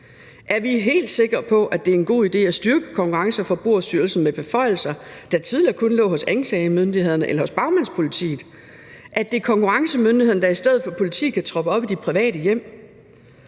Er vi helt sikre på, at det er en god idé at styrke Konkurrence- og Forbrugerstyrelsen med beføjelser, der tidligere kun lå hos anklagemyndigheden eller hos Bagmandspolitiet, altså at det er konkurrencemyndigheden, der i stedet for politiet kan troppe op i dit private hjem?